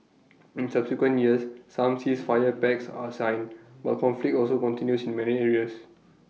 in subsequent years some ceasefire pacts are signed but conflict also continues in many areas